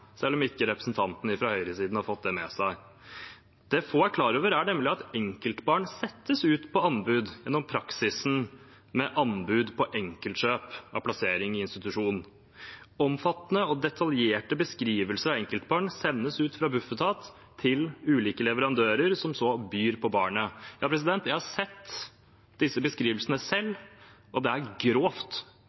selv om ikke representantene fra høyresiden har fått det med seg. Det få er klar over, er nemlig at enkeltbarn settes ut på anbud gjennom praksisen med anbud på enkeltkjøp av plassering i institusjon. Omfattende og detaljerte beskrivelser av enkeltbarn sendes ut fra Bufetat til ulike leverandører, som så byr på barnet. Jeg har sett disse beskrivelsene selv, og det er grovt